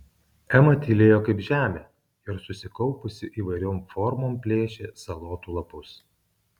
ema tylėjo kaip žemė ir susikaupusi įvairiom formom plėšė salotų lapus